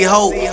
Hope